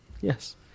Yes